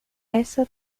essa